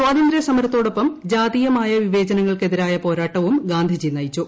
സ്വാതന്ത്ര്യസമരത്തോടൊപ്പം ജാതീയമായ വിവേചനങ്ങൾക്കെതിരായ പോരാട്ടവും ഗാന്ധിജി നയിച്ചു